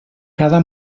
cada